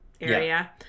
area